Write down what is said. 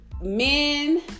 men